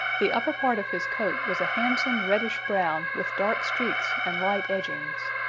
the upper part of his coat was a handsome reddish-brown with dark streaks and light edgings.